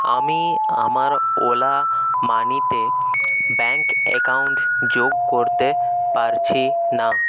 আমি আমার ওলা মানিতে ব্যাঙ্ক অ্যাকাউন্ট যোগ করতে পারছি না